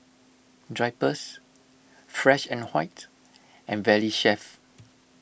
Drypers Fresh and White and Valley Chef